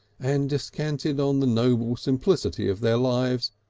and descanted on the noble simplicity of their lives,